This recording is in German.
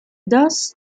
das